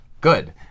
good